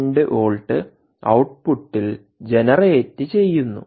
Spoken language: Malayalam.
2 വോൾട്ട് ഔട്ട്പുട്ടിൽ ജനറേറ്റുചെയ്യുന്നു